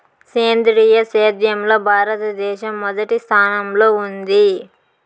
సేంద్రీయ సేద్యంలో భారతదేశం మొదటి స్థానంలో ఉంది